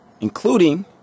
including